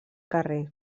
carrer